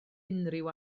unrhyw